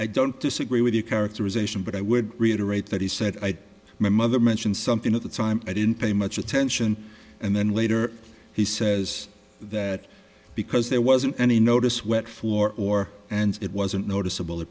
i don't disagree with you characterization but i would reiterate that he said i my mother mentioned something at the time i didn't pay much attention and then later he says that because there wasn't any notice wet floor or and it wasn't noticeabl